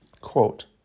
Quote